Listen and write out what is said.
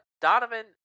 Donovan